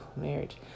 Marriage